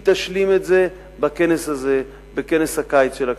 היא תשלים את זה בכנס הזה, בכנס הקיץ של הכנסת,